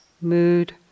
mood